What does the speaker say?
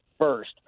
first